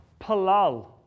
Palal